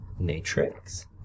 Natrix